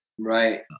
Right